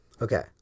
Okay